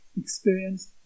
experience